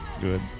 Good